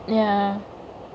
ya